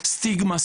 סטיגמה,